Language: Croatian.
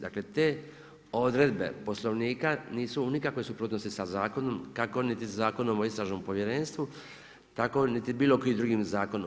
Dakle, te odredbe poslovnika nisu u nikakvoj suprotnosti sa zakonom kako ni sa Zakonom o istražnom povjerenstvu, tako niti bilo kojim drugim zakonom.